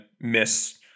miss